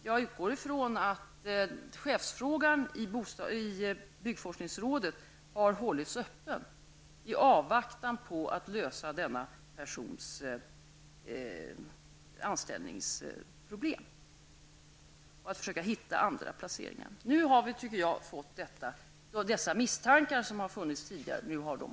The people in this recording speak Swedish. Jag utgår ifrån att chefsfrågan i byggforskningsrådet har hållits öppen i avvaktan på att lösa denna persons anställningsproblem, att försöka hitta andra placeringar. Nu har vi, tycker jag, fått de misstankar bekräftade som funnits tidigare.